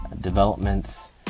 developments